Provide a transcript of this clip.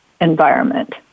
environment